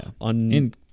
on